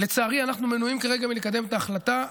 אנחנו מנועים כרגע מלקדם את ההחלטה.